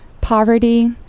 poverty